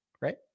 Right